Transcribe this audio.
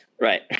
Right